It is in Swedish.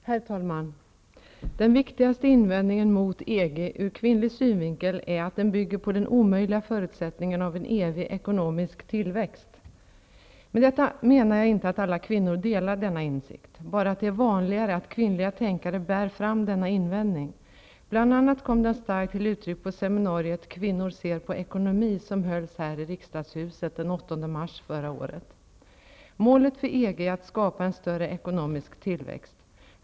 Herr talman! Den viktigaste invändningen mot EG ur kvinnlig synvinkel är att EG bygger på den omöjliga förutsättningen evig ekonomisk tillväxt. Med detta menar jag inte att alla kvinnor delar denna insikt, bara att det är vanligare att kvinnliga tänkare bär fram denna invändning. Bl.a. kom den starkt till uttryck på seminariet ''Kvinnor ser på ekonomi'', som hölls här i riksdagshuset den 8 mars förra året. Målet för EG är att skapa en större ekonomisk tillväxt.